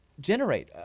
generate